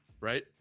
right